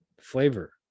flavor